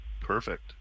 perfect